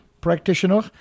practitioner